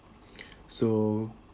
so